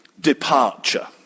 departure